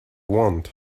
want